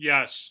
Yes